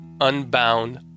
Unbound